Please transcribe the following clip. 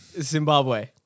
Zimbabwe